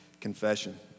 confession